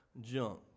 junk